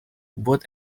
both